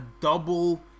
double